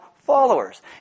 followers